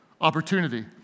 opportunity